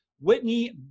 Whitney